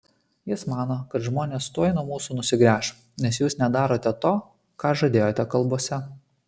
jis mano kad žmonės tuoj nuo mūsų nusigręš nes jūs nedarote to ką žadėjote kalbose